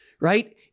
right